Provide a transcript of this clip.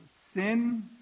sin